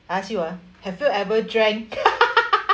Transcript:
I ask you ah have you ever drank